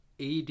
AD